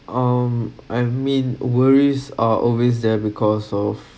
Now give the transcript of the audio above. um I mean worries are always there because of